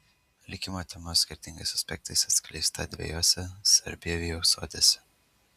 likimo tema skirtingais aspektais atskleista dviejose sarbievijaus odėse